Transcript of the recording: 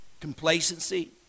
Complacency